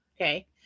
Okay